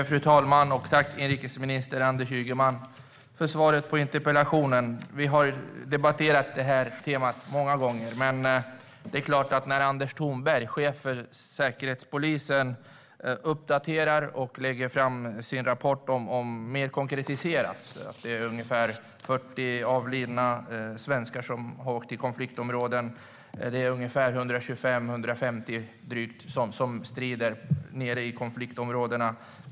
Fru talman! Jag tackar inrikesminister Anders Ygeman för svaret på interpellationen. Vi har debatterat detta tema många gånger. Anders Thornberg, chef för Säkerhetspolisen, har uppdaterat och lagt fram sin rapport där det mer konkret framgår att ungefär 40 av de svenskar som har åkt till konfliktområden har avlidit och att det är 125-150 personer som strider nere i konfliktområdena.